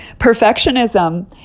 Perfectionism